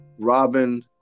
Robin